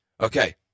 Okay